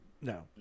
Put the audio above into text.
No